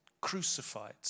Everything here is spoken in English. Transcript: crucified